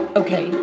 okay